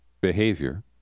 behavior